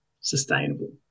sustainable